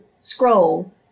scroll